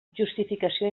justificació